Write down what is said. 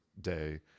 day